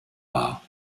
war